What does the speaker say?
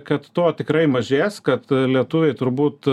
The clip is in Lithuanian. kad to tikrai mažės kad lietuviai turbūt